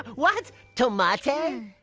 what? toe-man-teh!